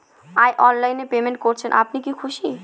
এই অনলাইন এ পেমেন্ট করছেন আপনি কি খুশি?